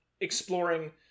exploring